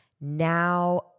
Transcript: Now